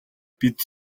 бид